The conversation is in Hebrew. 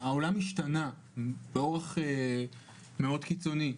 העולם השתנה באורח מאוד קיצוני.